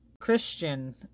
Christian